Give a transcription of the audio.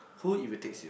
who irritates you